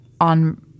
on